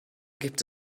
gibt